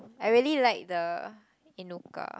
I really like the Inuka